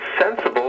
sensible